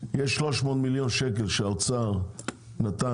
יש 300 מיליון שקל שהאוצר נתן,